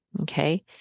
Okay